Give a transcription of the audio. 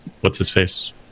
What's-his-face